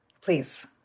Please